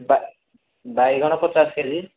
ବା ବାଇଗଣ ପଚାଶ କେ ଜି